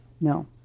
No